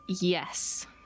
yes